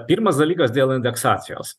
pirmas dalykas dėl indeksacijos